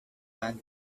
band